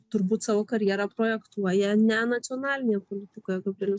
turbūt savo karjerą projektuoja ne nacionalinėje politikoje gabrielius